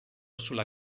sulla